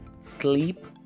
sleep